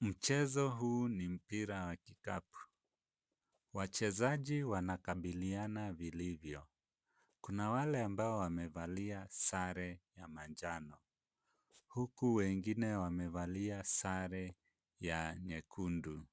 Mchezo huu ni mpira wa kikapu, wachezaji wanakabiliana vilivyo kuna wale ambao wamevalia sare ya manjano, huku wengine wamevalia sare ya nyekundu,